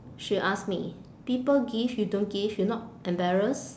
she ask me people give you don't give you not embarrassed